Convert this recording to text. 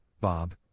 Bob